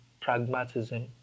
pragmatism